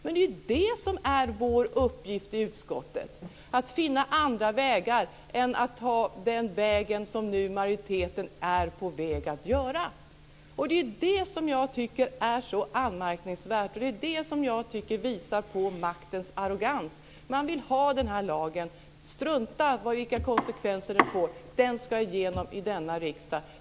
Det är det som är vår uppgift i utskottet; att finna andra vägar än att ta den som majoriteten nu är på väg att ta. Det är det som jag tycker är så anmärkningsvärt, och det är det som jag tycker visar makten arrogans. Man vill ha den här lagen. Man struntar i vilka konsekvenser det får. Den ska igenom i denna riksdag.